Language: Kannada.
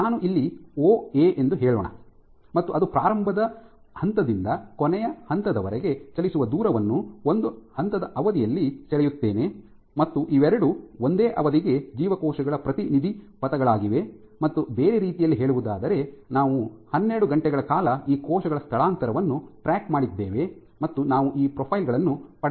ನಾವು ಇಲ್ಲಿ ಒಎ ಎಂದು ಹೇಳೋಣ ಮತ್ತು ಅದು ಪ್ರಾರಂಭದ ಹಂತದಿಂದ ಕೊನೆಯ ಹಂತದವರೆಗೆ ಚಲಿಸುವ ದೂರವನ್ನು ಒಂದು ಹಂತದ ಅವಧಿಯಲ್ಲಿ ಸೆಳೆಯುತ್ತೇನೆ ಮತ್ತು ಇವೆರಡೂ ಒಂದೇ ಅವಧಿಗೆ ಜೀವಕೋಶಗಳ ಪ್ರತಿನಿಧಿ ಪಥಗಳಾಗಿವೆ ಮತ್ತು ಬೇರೆ ರೀತಿಯಲ್ಲಿ ಹೇಳುವುದಾದರೆ ನಾವು ಹನ್ನೆರಡು ಗಂಟೆಗಳ ಕಾಲ ಈ ಕೋಶಗಳ ಸ್ಥಳಾಂತರವನ್ನು ಟ್ರ್ಯಾಕ್ ಮಾಡಿದ್ದೇವೆ ಮತ್ತು ನಾವು ಈ ಪ್ರೊಫೈಲ್ ಗಳನ್ನು ಪಡೆದುಕೊಂಡಿದ್ದೇವೆ